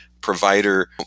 provider